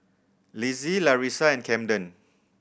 Lizzie Larissa and Camden